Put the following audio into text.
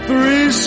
Three